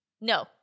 No